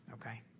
Okay